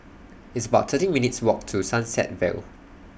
It's about thirteen minutes' Walk to Sunset Vale